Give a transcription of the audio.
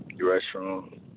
Restaurant